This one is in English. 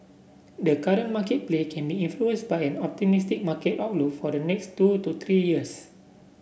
the current market play can be influenced by an optimistic market outlook for the next two to three years